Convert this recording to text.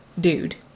dude